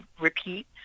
repeat